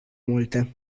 multe